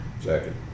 Second